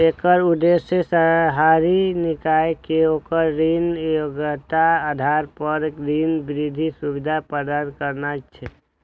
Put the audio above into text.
एकर उद्देश्य शहरी निकाय कें ओकर ऋण योग्यताक आधार पर ऋण वृद्धि सुविधा प्रदान करना छै